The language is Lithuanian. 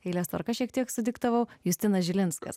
eilės tvarka šiek tiek sudiktavau justinas žilinskas